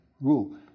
rule